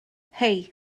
hei